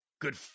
good